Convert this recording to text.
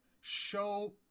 show